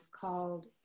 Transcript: called